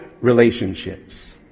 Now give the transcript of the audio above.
Relationships